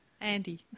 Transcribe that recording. Andy